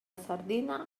sardina